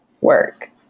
work